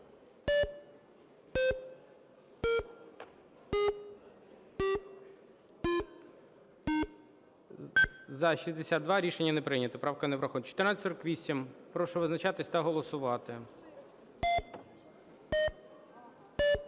За-62 Рішення не прийнято, правка не врахована. 1448. Прошу визначатись та голосувати.